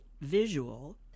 visual